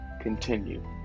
continue